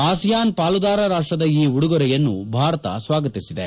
ASEAN ಪಾಲುದಾರ ರಾಷ್ಷದ ಈ ಉಡುಗೊರೆಯನ್ನು ಭಾರತ ಸ್ನಾಗತಿಸಿದೆ